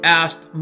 asked